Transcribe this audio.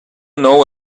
know